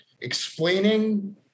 explaining